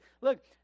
look